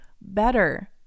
better